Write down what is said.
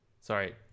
Sorry